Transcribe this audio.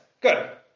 Good